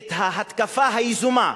את ההתקפה היזומה,